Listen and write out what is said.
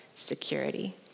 Security